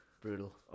Brutal